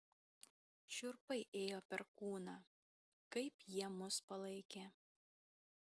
šiurpai ėjo per kūną kaip jie mus palaikė